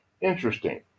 Interesting